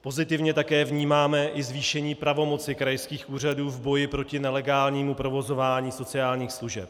Pozitivně také vnímáme i zvýšení pravomoci krajských úřadů v boji proti nelegálnímu provozování sociálních služeb.